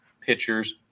pitchers